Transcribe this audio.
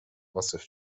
عاصف